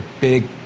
big